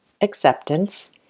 acceptance